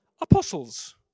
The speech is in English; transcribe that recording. apostles